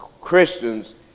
Christians